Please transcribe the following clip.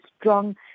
strong